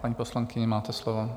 Paní poslankyně, máte slovo.